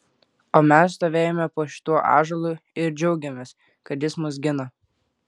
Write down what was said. o mes stovėjome po šituo ąžuolu ir džiaugėmės kad jis mus gina